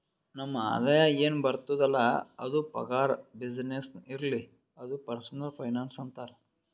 ನಮ್ ಆದಾಯ ಎನ್ ಬರ್ತುದ್ ಅಲ್ಲ ಅದು ಪಗಾರ, ಬಿಸಿನ್ನೆಸ್ನೇ ಇರ್ಲಿ ಅದು ಪರ್ಸನಲ್ ಫೈನಾನ್ಸ್ ಅಂತಾರ್